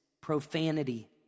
profanity